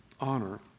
honor